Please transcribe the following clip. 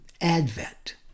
Advent